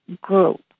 group